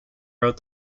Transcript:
wrote